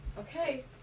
Okay